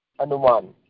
anuman